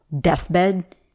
deathbed